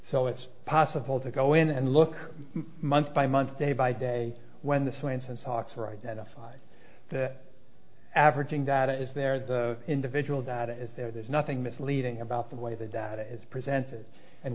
so it's possible to go in and look month by month day by day when the swainson's hawks were identified the averaging data is there the individual data is there there's nothing misleading about the way the data is presented and